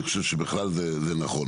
אני חושב שזה נכון.